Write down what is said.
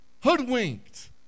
hoodwinked